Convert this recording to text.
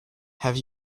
have